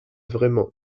vraiment